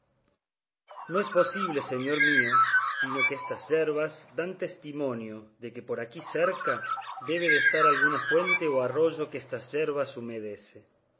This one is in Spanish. no es posible señor mío sino que estas yerbas dan testimonio de que por aquí cerca debe de estar alguna fuente o arroyo que estas yerbas humedece